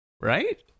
right